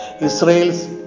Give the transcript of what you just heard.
Israel's